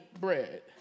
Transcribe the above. bread